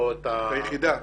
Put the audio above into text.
את היחידה.